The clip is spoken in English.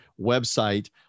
website